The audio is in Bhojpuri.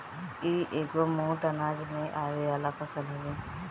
इ एगो मोट अनाज में आवे वाला फसल हवे